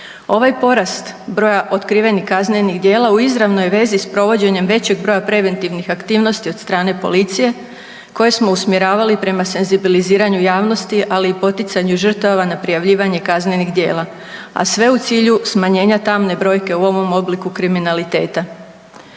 Ovaj porast broja otkrivenih kaznenih djela u izravnoj je vezi s provođenjem većeg broja preventivnih aktivnosti od strane policije koje smo usmjeravali prema senzibiliziranju javnosti, ali i poticanju žrtava na prijavljivanje kaznenih djela, a sve u cilju smanjenja tamne brojke u ovom obliku kriminaliteta.